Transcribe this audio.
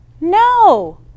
No